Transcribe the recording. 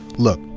look,